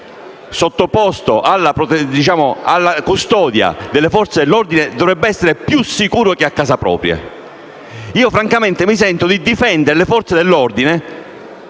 sottoposto alla custodia delle Forze dell'ordine dovrebbe essere più sicuro che a casa propria. Francamente, mi sento di difendere le Forze dell'ordine